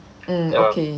um okay